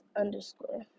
underscore